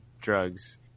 drugs